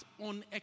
on